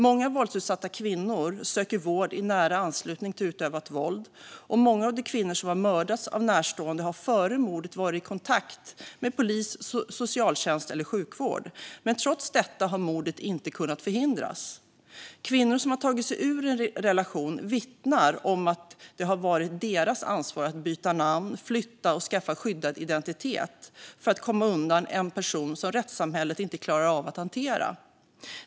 Många våldsutsatta kvinnor söker vård i nära anslutning till utövat våld, och många av de kvinnor som har mördats av närstående har före mordet varit i kontakt med polis, socialtjänst eller sjukvård. Men trots detta har mordet inte kunnat förhindras. Kvinnor som har tagit sig ur en relation vittnar om att det har varit deras ansvar att byta namn, flytta och skaffa skyddad identitet för att komma undan en person som rättssamhället inte klarar av att hantera.